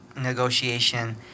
negotiation